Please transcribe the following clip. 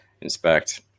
inspect